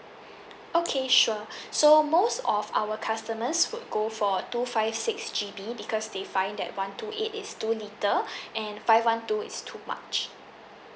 okay sure so most of our customers would go for two five six G_B because they find that one two eight is too little and five one two is too much